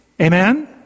Amen